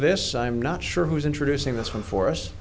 this i'm not sure who's introducing this one for us